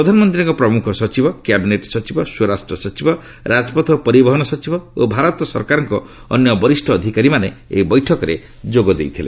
ପ୍ରଧାନମନ୍ତ୍ରୀଙ୍କ ପ୍ରମୁଖ ସଚିବ କ୍ୟାବିନେଟ୍ ସଚିବ ସ୍ୱରାଷ୍ଟ୍ର ସଚିବ ରାଜପଥ ଓ ପରିବହନ ସଚିବ ଓ ଭାରତ ସରକାରଙ୍କ ଅନ୍ୟ ବରିଷ୍ଣ ଅଧିକାରୀମାନେ ଏହି ବୈଠକରେ ଯୋଗ ଦେଇଥିଲେ